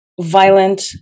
violent